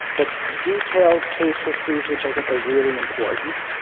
but detailed case histories, which i think are really important,